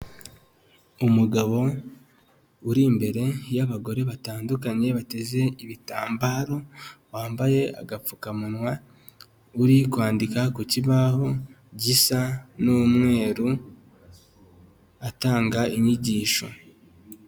Umugabo uri imbere y'abagore batandukanye bateze ibitambaro, wambaye agapfukamunwa, uri kwandika ku kibaho gisa n'umweru, atanga inyigisho.